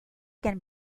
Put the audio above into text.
can